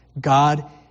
God